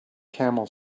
camel